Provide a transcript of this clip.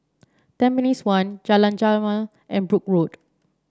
Tampines One Jalan Jamal and Brooke Road